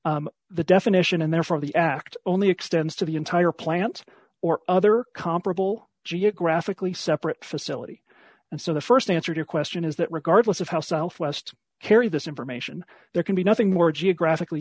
the definition and therefore the act only extends to the entire plant or other comparable geographically separate facility and so the st answer to a question is that regardless of how southwest carry this information there can be nothing more geographically